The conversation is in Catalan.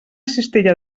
cistella